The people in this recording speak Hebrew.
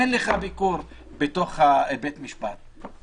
אין לך ביקור בתוך בית המשפט.